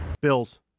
Bills